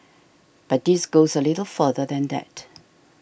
but this goes a little further than that